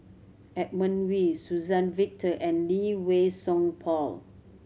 Edmund Wee Suzann Victor and Lee Wei Song Paul